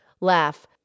laugh